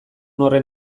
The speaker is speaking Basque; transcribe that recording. horren